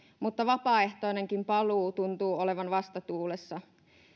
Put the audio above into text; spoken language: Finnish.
mutta vapaaehtoinenkin paluu tuntuu olevan vastatuulessa